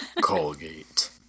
Colgate